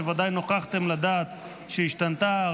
שוודאי נוכחתם לדעת שהיא השתנתה,